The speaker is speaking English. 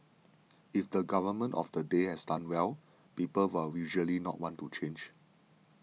if the government of the day has done well people will usually not want to change